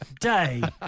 day